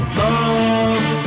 love